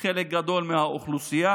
חלק גדול מהאוכלוסייה,